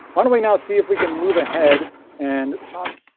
why don't we now see if we can move ahead and talk